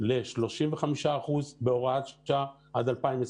ל-35% בהוראת שעה עד 2021,